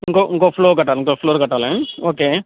ఇంకొక ఇంకొక ఫ్లోర్ కట్టాలి ఇంకొక ఫ్లోర్ కట్టాలి ఓకే